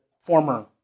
former